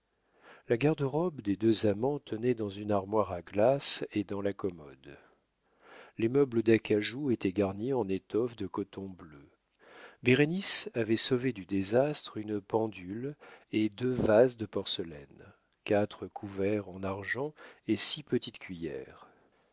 la garde-robe des deux amants tenait dans une armoire à glace et dans la commode les meubles d'acajou étaient garnis en étoffe de coton bleu bérénice avait sauvé du désastre une pendule et deux vases de porcelaine quatre couverts en argent et six petites cuillers